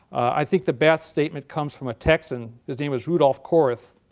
i think the best statement comes from a texan. his name is rudolph corth.